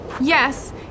Yes